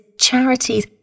charities